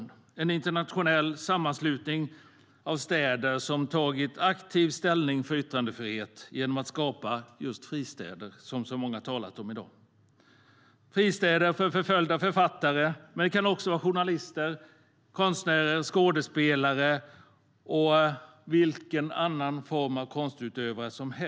Det är en internationell sammanslutning av städer som tagit aktiv ställning för yttrandefriheten genom att skapa de fristäder som många talat om i dag för förföljda författare, journalister, konstnärer, skådespelare och andra konstutövare.